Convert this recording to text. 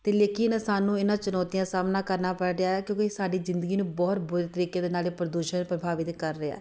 ਅਤੇ ਲੇਕਿਨ ਸਾਨੂੰ ਇਹਨਾਂ ਚੁਣੌਤੀਆਂ ਦਾ ਸਾਹਮਣਾ ਕਰਨਾ ਪੈਡਿਆ ਕਿਉਂਕਿ ਸਾਡੀ ਜ਼ਿੰਦਗੀ ਨੂੰ ਬਹੁਤ ਬੁਰੇ ਤਰੀਕੇ ਦੇ ਨਾਲ ਇਹ ਪ੍ਰਦੂਸ਼ਣ ਪ੍ਰਭਾਵਿਤ ਕਰ ਰਿਹਾ